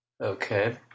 Okay